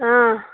ꯑꯥ